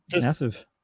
massive